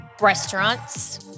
restaurants